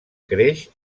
creix